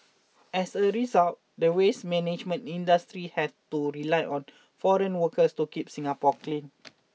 as a result the waste management industry has to rely on foreign workers to keep Singapore clean